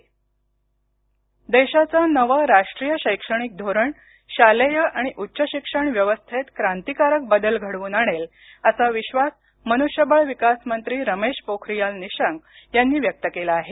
रमेश पोखरीयाल निशंक देशाचं नवं राष्ट्रीय शैक्षणिक धोरण शालेय आणि उच्च शिक्षण व्यवस्थेत क्रांतीकारक बदल घडवून आणेल असा विश्वास मनुष्यबळ विकास मंत्री रमेश पोखरीयाल निशंक यांनी व्यक्त केला आहे